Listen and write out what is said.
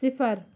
صِفر